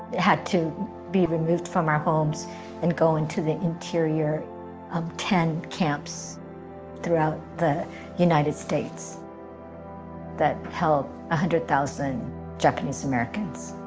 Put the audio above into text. had to be removed from our homes and go into the interior of ten camps throughout the united states that held a hundred thousand japanese-americans.